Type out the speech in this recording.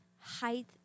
height